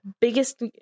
Biggest